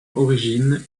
origine